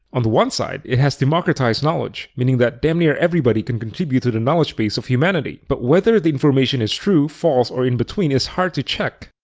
on the one side, it has democratized knowledge, meaning that damn near everybody can contribute to the knowledgebase of humanity, but whether the information is true, false or in between is hard to check.